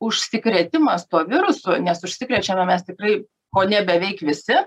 užsikrėtimas to virusu nes užsikrečiame mes tikrai kone beveik visi